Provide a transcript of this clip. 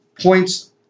points